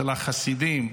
של החסידים,